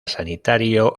sanitario